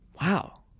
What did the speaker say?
Wow